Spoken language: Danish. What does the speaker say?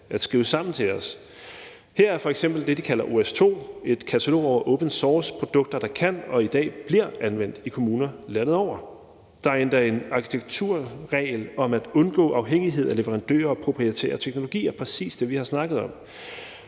at skrive sammen til os. Her er f.eks. det, de kalder OS2, som er et katalog over open source-produkter, der kan og i dag bliver anvendt i kommuner landet over. Der er endda en arkitekturregel om at undgå afhængighed af leverandører og proprietære teknologier, som er præcis det, vi har snakket om.